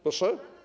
Proszę?